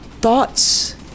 thoughts